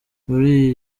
muri